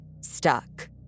stuck